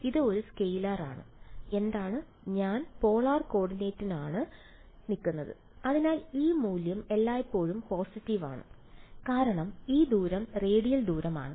ഇത് ഒരു സ്കെയിലർ ആണ് എന്താണ് ഞാൻ പോളാർ കോർഡിനേറ്റിലാണ് അതിനാൽ ഈ മൂല്യം എല്ലായ്പ്പോഴും പോസിറ്റീവ് ആണ് കാരണം ഇത് ദൂരം റേഡിയൽ ദൂരം ആണ്